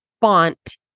font